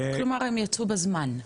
כלומר הם יצאו בזמן?